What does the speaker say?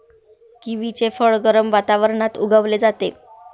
किवीचे फळ गरम वातावरणात उगवले जाते